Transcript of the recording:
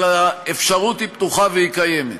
אבל האפשרות פתוחה וקיימת.